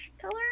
color